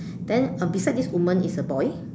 then uh beside this woman is a boy